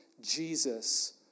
Jesus